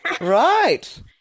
Right